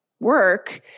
work